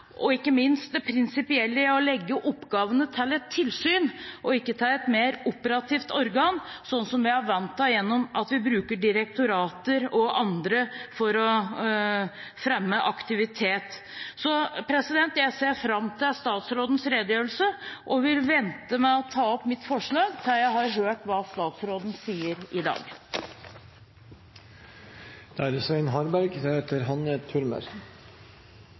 og ikke minst det prinsipielle ved å legge oppgavene til et tilsyn og ikke til et mer operativt organ, sånn vi er vant til gjennom at vi bruker direktorater og andre for å fremme aktivitet? Så jeg ser fram til statsrådens redegjørelse og vil vente med å ta opp mitt forslag til jeg har hørt hva statsråden sier i dag. Dette er